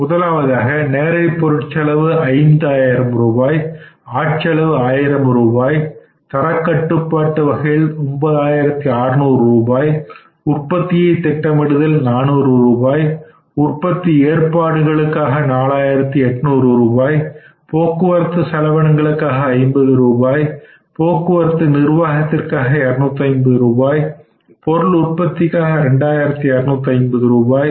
முதலாவதாக நேரடி பொருட்செலவு 5000 ரூபாய் ஆட் செலவு ஆயிரம் ரூபாய் தரக்கட்டுப்பாட்டு வகையில் 9600 ரூபாய் உற்பத்தியை திட்டமிடுதல் 400 ரூபாய் உற்பத்தி ஏற்பாடுகளுக்காக 4800 ரூபாய் போக்குவரத்து செலவினங்களுக்காக 50 ரூபாய் போக்குவரத்து நிர்வாகத்திற்காக 250 ரூபாய் பொருள் உற்பத்திக்காக 2250 ரூபாய்